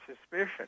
suspicion